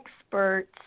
experts